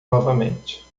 novamente